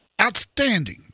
outstanding